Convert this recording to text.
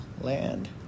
Land